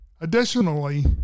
Additionally